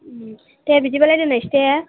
दे बिदिब्लालाय दोननायसै दे